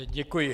Děkuji.